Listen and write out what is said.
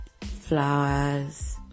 flowers